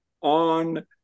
on